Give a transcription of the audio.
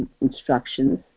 instructions